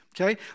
okay